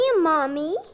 Mommy